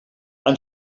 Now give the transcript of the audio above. han